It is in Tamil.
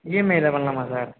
இஎம்ஐயில பண்ணலாமா சார்